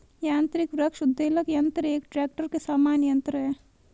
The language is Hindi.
यान्त्रिक वृक्ष उद्वेलक यन्त्र एक ट्रेक्टर के समान यन्त्र है